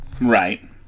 Right